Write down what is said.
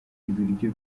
ibiryo